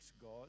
God